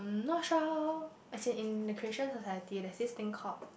not sure how as in the Christian society there's this thing called